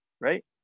right